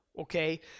okay